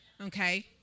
Okay